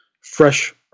fresh